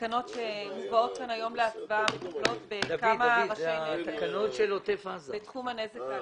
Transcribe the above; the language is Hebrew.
התקנות שמובאות כאן היום להצבעה מטפלות בכמה ראשים בתחום הנזק העקיף,